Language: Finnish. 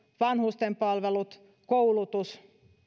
vanhusten palvelut koulutus